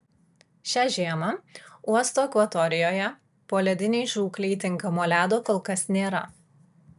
šią žiemą uosto akvatorijoje poledinei žūklei tinkamo ledo kol kas nėra